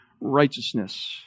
righteousness